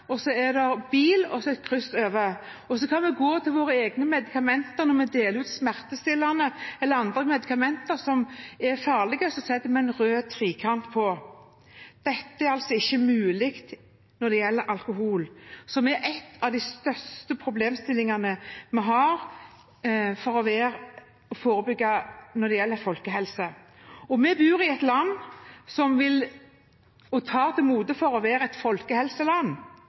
kryss over. Så kan vi gå til våre egne medikamenter. Når vi deler ut smertestillende medikamenter eller andre medikamenter som er farlige, er det satt en rød trekant på. Dette er altså ikke mulig når det gjelder alkohol, som er en av de største problemstillingene vi har når det gjelder folkehelse. Vi bor i et land som tar til orde for å være et folkehelseland,